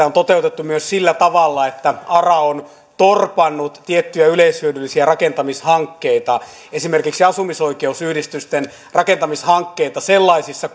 on toteutettu myös sillä tavalla että ara on torpannut tiettyjä yleishyödyllisiä rakentamishankkeita esimerkiksi asumisoikeusyhdistysten rakentamishankkeita sellaisissa